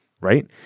Right